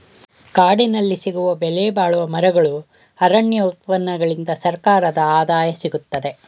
ಕಾಡಿನಲ್ಲಿ ಸಿಗುವ ಬೆಲೆಬಾಳುವ ಮರಗಳು, ಅರಣ್ಯ ಉತ್ಪನ್ನಗಳಿಂದ ಸರ್ಕಾರದ ಆದಾಯ ಸಿಗುತ್ತದೆ